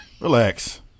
Relax